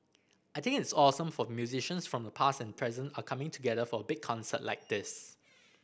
I think it's awesome for the musicians from the past and present are coming together for a big concert like this